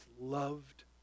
loved